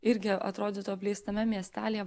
irgi atrodytų apleistame miestelyje